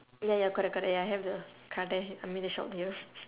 ya ya correct correct ya have the car there I mean the shop here